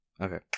Okay